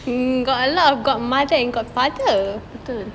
betul